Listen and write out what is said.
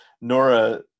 Nora